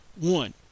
One